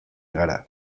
gara